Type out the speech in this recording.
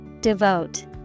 Devote